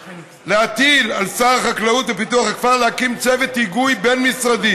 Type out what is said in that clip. להטיל על שר החקלאות ופיתוח הכפר להקים צוות היגוי בין-משרדי